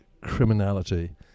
criminality